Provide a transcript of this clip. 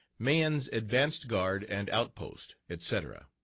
mahan's advanced guard and outpost, etc.